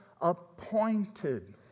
appointed